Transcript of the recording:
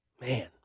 Man